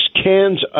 cans